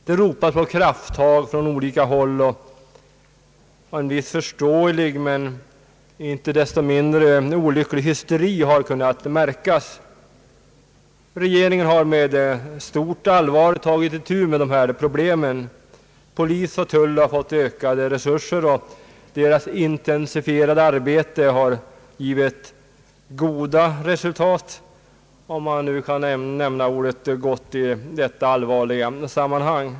Det ropas på krafttag från olika håll, och en viss förståelig men inte desto mindre olycklig hysteri har kunnat märkas. Regeringen har med stort allvar tagit itu med dessa problem. Polis och tull har fått ökade resurser, och deras intensifierade arbete har givit goda resultat, om man nu kan säga att någonting är gott i detta allvarliga sammanhang.